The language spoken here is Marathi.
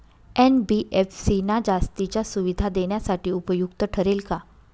एन.बी.एफ.सी ना जास्तीच्या सुविधा देण्यासाठी उपयुक्त ठरेल का?